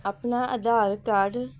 ਆਪਣਾ ਆਧਾਰ ਕਾਰਡ